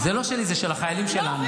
זה לא שלי, זה של החיילים שלנו.